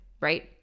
Right